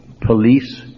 police